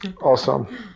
Awesome